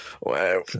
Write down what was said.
Wow